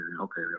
okay